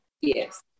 Yes